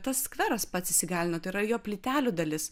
tas skveras pats įgalina tai yra jo plytelių dalis